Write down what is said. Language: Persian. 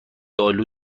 آلو